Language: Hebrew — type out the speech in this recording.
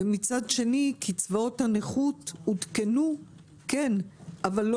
מצד שני קצבאות הנכות עודכנו אבל לא